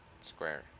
Square